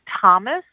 Thomas